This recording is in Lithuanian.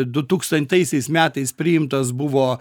du tūkstantaisiais metais priimtas buvo